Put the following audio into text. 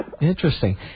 Interesting